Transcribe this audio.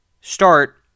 start